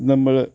നമ്മള്